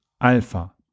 Alpha